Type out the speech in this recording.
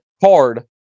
hard